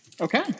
Okay